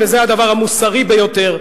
וזה הדבר המוסרי ביותר,